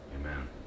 amen